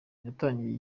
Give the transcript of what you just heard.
yatangiye